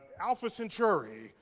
alpha centauri,